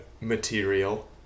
material